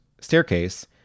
staircase